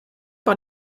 par